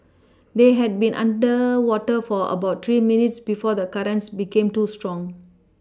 they had been underwater for about three minutes before the currents became too strong